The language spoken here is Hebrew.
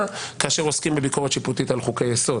כאשר עוסקים בביקורת שיפוטית על חוקי יסוד.